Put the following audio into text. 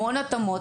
המון ההתאמות,